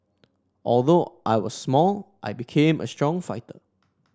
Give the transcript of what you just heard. although I was small I became a strong fighter